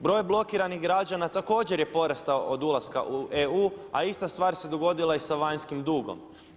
Broj blokiranih građana također je porastao od ulaska u EU a ista stvar se dogodila i sa vanjskim dugom.